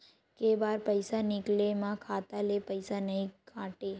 के बार पईसा निकले मा खाता ले पईसा नई काटे?